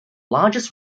largest